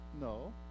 No